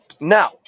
Now